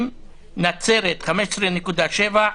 בנצרת 15.7%,